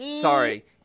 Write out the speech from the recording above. Sorry